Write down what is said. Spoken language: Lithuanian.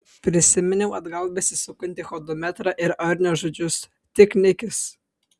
prisiminiau atgal besisukantį hodometrą ir arnio žodžius tik nikis